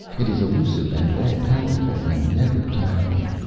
it is elusive and all-powerful and never-tiring.